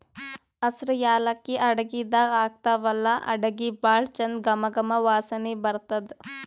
ಹಸ್ರ್ ಯಾಲಕ್ಕಿ ಅಡಗಿದಾಗ್ ಹಾಕ್ತಿವಲ್ಲಾ ಅಡಗಿ ಭಾಳ್ ಚಂದ್ ಘಮ ಘಮ ವಾಸನಿ ಬರ್ತದ್